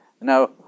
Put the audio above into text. Now